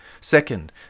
Second